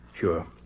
Sure